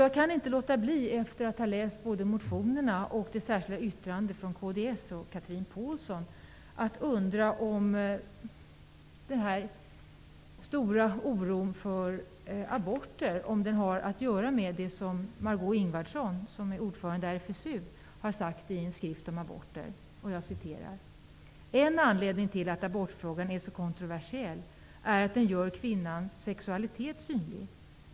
Jag kan inte låta bli, efter att ha läst både motionerna och det särskilda yttrandet av Chatrine Pålsson från kds, att undra om den stora oron för aborter har att göra med det som Margó Ingvardsson, ordförande i RFSU, har sagt i en skrift om aborter: ''En anledning till att abortfrågan är så kontroversiell är att den gör kvinnans sexualitet synlig.